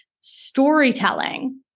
Storytelling